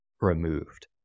removed